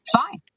fine